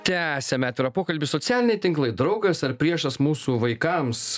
tęsiam atvirą pokalbį socialiniai tinklai draugas ar priešas mūsų vaikams